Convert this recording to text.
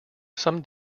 some